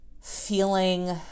feeling